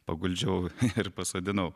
paguldžiau ir pasodinau